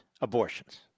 abortions